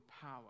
power